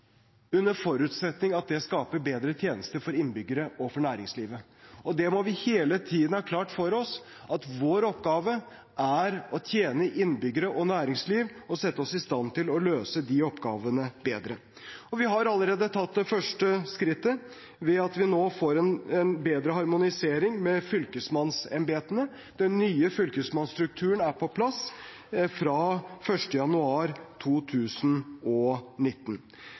under forutsetning av at det skaper bedre tjenester for innbyggere og for næringslivet. Vi må hele tiden ha klart for oss at vår oppgave er å tjene innbyggere og næringsliv og sette oss i stand til å løse de oppgavene bedre. Vi har allerede tatt det første skrittet ved at vi nå får en bedre harmonisering med fylkesmannsembetene. Den nye fylkesmannsstrukturen er på plass fra 1. januar 2019.